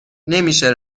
نمیشه